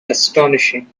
astonishing